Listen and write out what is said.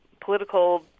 political